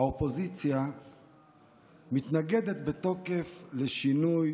האופוזיציה מתנגדת בתוקף לשינוי